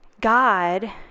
God